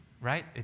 Right